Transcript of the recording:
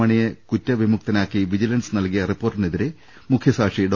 മാണിയെ കുറ്റ വിമുക്തനാക്കി വിജിലൻസ് നൽകിയ റിപ്പോർട്ടിനെതിരെ മുഖ്യ സാക്ഷി ഡോ